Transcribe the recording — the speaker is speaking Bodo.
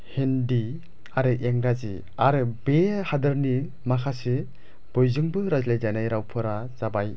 हिन्दी आरो इंराजि आरो बे हादरनि माखासे बयजोंबो राज्लायजानाय रावफोरा जाबाय